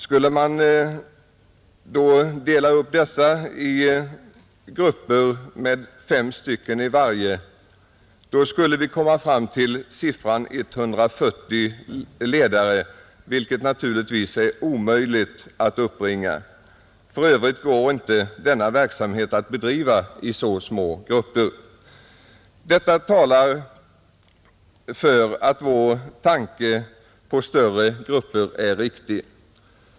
Skulle man då sätta in dessa i grupper med fem i varje skulle man komma fram till siffran 140 ledare, vilket naturligtvis är omöjligt att uppbringa. För övrigt går inte denna verksamhet att bedriva i så små grupper. Detta talar för att vår tanke på större grupper är riktig.